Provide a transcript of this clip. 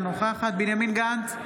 אינה נוכחת בנימין גנץ,